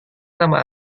nama